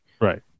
Right